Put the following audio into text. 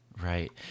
right